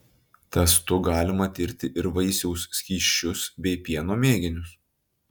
testu galima tirti ir vaisiaus skysčius bei pieno mėginius